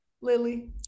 lily